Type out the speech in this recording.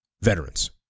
veterans